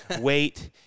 wait